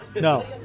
No